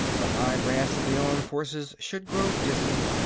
the high brass of the armed forces should grow dizzy.